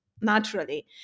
naturally